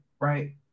Right